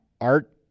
art